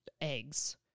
eggs